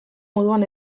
moduan